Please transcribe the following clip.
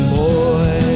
boy